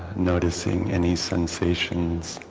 noticing any sensations